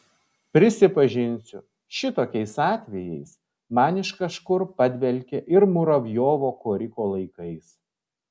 prisipažinsiu šitokiais atvejais man iš kažkur padvelkia ir muravjovo koriko laikais